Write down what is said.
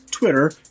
Twitter